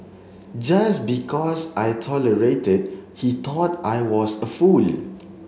just because I tolerated he thought I was a fool